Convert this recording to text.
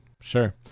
Sure